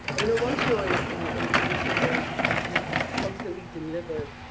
you know once you're in in ah in a position where you've constantly delivered,